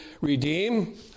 redeem